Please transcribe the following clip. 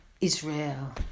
Israel